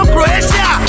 Croatia